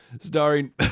Starring